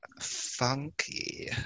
Funky